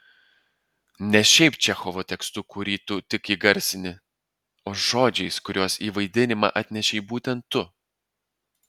ne šiaip čechovo tekstu kurį tu tik įgarsini o žodžiais kuriuos į vaidinimą atnešei būtent tu